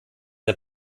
der